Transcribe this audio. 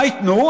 מה ייתנו?